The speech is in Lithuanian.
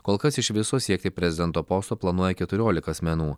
kol kas iš viso siekti prezidento posto planuoja keturiolika asmenų